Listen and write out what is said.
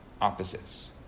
opposites